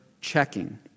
checking